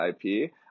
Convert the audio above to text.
IP